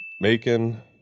Macon